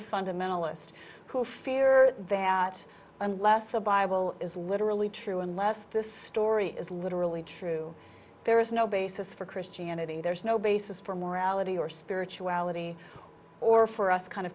a fundamentalist who fear that unless the bible is literally true unless this story is literally true there is no basis for christianity there is no basis for morality or spirituality or for us kind of